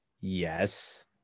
Yes